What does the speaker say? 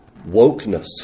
wokeness